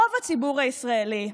רוב הציבור הישראלי,